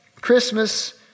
Christmas